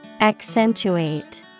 Accentuate